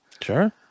sure